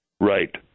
Right